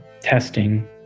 testing